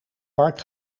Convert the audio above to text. park